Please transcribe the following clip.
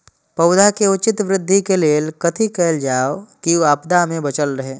पौधा के उचित वृद्धि के लेल कथि कायल जाओ की आपदा में बचल रहे?